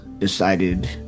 decided